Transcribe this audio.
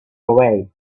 away